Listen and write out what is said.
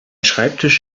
schreibtisch